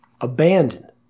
abandoned